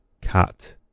cat